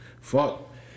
fuck